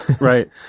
Right